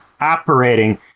operating